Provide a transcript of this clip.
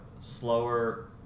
slower